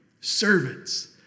Servants